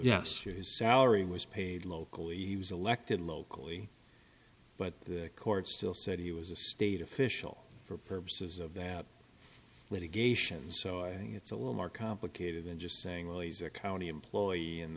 yes salary was paid locally elected locally but the court still said he was a state official for purposes of that litigation so i think it's a little more complicated than just saying well he's a county employee and